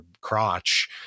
crotch